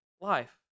life